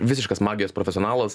visiškas magijos profesionalas